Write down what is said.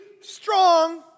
strong